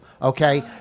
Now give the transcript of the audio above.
Okay